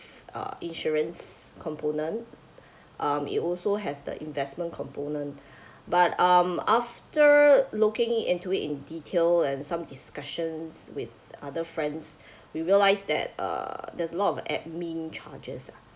uh insurance component um it also has the investment component but um after looking into it in detail and some discussions with other friends we realised that uh there's lot of admin charges lah